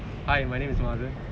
hi my name is madran